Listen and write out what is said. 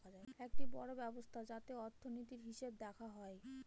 একটি বড়ো ব্যবস্থা যাতে অর্থনীতির, হিসেব দেখা হয়